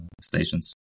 stations